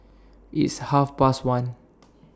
its Half Past one